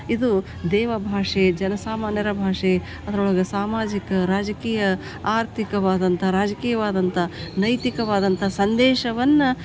ಇದು ದೇವಭಾಷೆ ಜನಸಾಮಾನ್ಯರ ಭಾಷೆ ಅದರೊಳಗೆ ಸಾಮಾಜಿಕ ರಾಜಕೀಯ ಆರ್ಥಿಕವಾದಂಥ ರಾಜಕೀಯವಾದಂಥ ನೈತಿಕವಾದಂಥ ಸಂದೇಶವನ್ನು